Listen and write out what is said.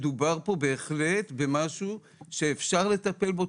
מדובר פה בהחלט במשהו שאפשר לטפל בו,